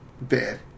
bad